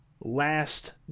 last